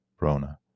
Rona